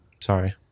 Sorry